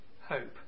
hope